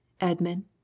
Edmund